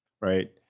right